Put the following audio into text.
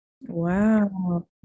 Wow